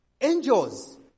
angels